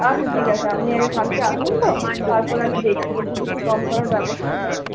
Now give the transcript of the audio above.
আচ্ছা ঠিক আছে আপনি আগে কালকে আসুন তো তারপর আমি দেখছি যদি কিছু কম করার ব্যবস্থা হয়